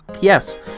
yes